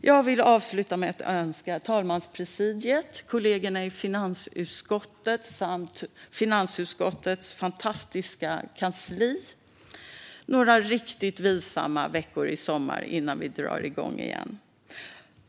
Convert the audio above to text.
Jag vill avsluta med att önska talmanspresidiet, kollegorna i finansutskottet samt finansutskottets fantastiska kansli några riktigt vilsamma veckor i sommar innan vi drar igång igen.